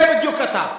זה בדיוק אתה.